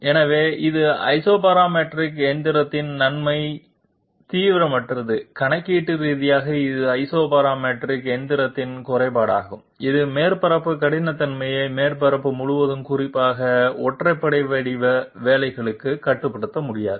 எனவே இது ஐசோபராமெட்ரிக் எந்திரத்தின் நன்மை தீவிரமற்றது கணக்கீட்டு ரீதியாக இது ஐசோபராமெட்ரிக் எந்திரத்தின் குறைபாடாகும் இது மேற்பரப்பு கடினத்தன்மையை மேற்பரப்பு முழுவதும் குறிப்பாக ஒற்றைப்படை வடிவ வேலைகளுக்கு கட்டுப்படுத்த முடியாது